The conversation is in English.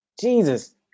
Jesus